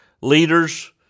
Leaders